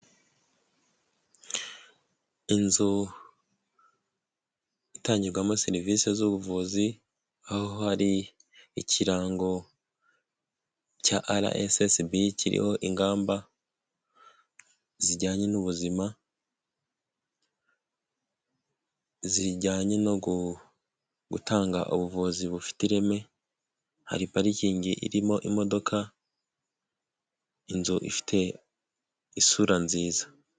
Inzu itangirwamo serivisi z'ubuvuzi aho hari ikirango cya ara esesibi, kiriho ingamba zijyanye n'ubuzima zijyanye no gutanga ubuvuzi bufite ireme, hari parikingi irimo imodoka, inzu ifite isura nziza.